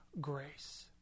grace